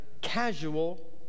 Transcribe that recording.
casual